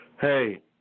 Hey